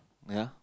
ya